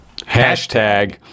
hashtag